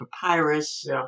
papyrus